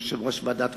יושב-ראש ועדת חוקה,